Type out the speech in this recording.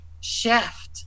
shift